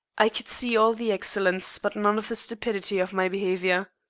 i could see all the excellence but none of the stupidity of my behavior.